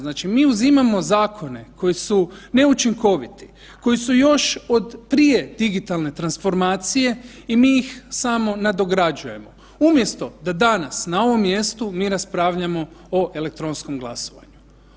Znači mi uzimamo zakone koji su neučinkoviti, koji su još od prije digitalne transformacije i mi ih samo nadograđujemo, umjesto da danas na ovom mjestu mi raspravljamo o elektronskom glasovanju.